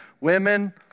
women